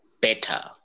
better